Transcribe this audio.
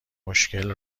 مشکل